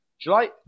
July